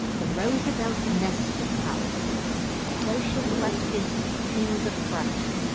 the roosevelt domestic policies social questions to the front.